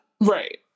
Right